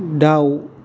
दाउ